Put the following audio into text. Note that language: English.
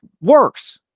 works